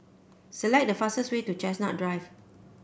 select the fastest way to Chestnut Drive